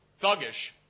thuggish